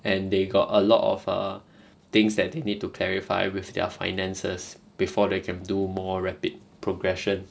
and they got a lot of err things that they need to clarify with their finances before they can do more rapid progression